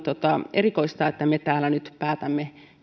erikoista että me täällä nyt päätämme